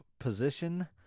position